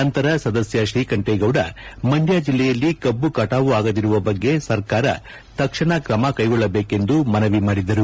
ನಂತರ ಸದಸ್ನ ಶ್ರೀಕಂಠೇಗೌಡ ಮಂಡ್ನ ಜಿಲ್ಲೆಯಲ್ಲಿ ಕಬ್ಬು ಕಟಾವು ಆಗದಿರುವ ಬಗ್ಗೆ ಕುರಿತಂತೆ ಸರ್ಕಾರ ತಕ್ಷಣ ಕ್ರಮ ಕೈಗೊಳ್ಳಬೇಕೆಂದು ಮನವಿ ಮಾಡಿದರು